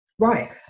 Right